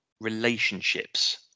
relationships